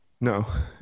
No